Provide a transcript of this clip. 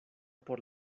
por